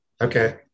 Okay